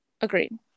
agreed